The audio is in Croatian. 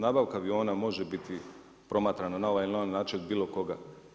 Nabavka aviona može biti promatrana na ovaj ili onaj način od bilo koga.